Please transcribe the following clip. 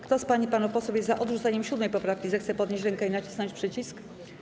Kto z pań i panów posłów jest za odrzuceniem 7. poprawki, zechce podnieść rękę i nacisnąć przycisk.